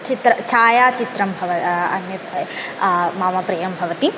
चित्रं छायाचित्रं भव अन्यत् मां प्रियं भवति